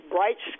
Bright